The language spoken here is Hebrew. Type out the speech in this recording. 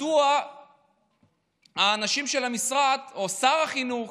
הייתה מדוע האנשים של המשרד או שר החינוך